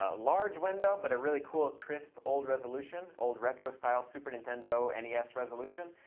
ah large window, but a really cool, crisp old resolution, old retro style super nintendo, and yeah nes resolution.